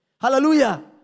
hallelujah